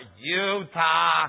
Utah